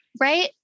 Right